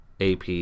AP